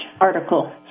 article